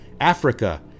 Africa